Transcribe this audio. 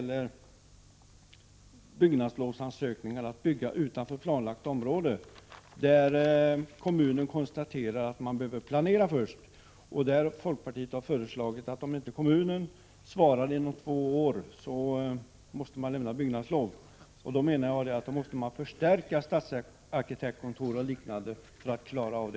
1986/87:105 gällde byggnadslovsansökningar för att bygga utanför planlagt område där 9 april 1987 kommunen konstaterar att man först behöver planera och där folkpartiet har föreslagit att man från kommunens sida måste lämna byggnadslov om inte kommunen svarar inom två år. Jag menar att man för att klara av det kravet måste förstärka stadsarkitektkontor och liknande.